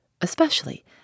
especially